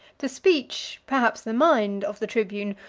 the speech, perhaps the mind, of the tribune,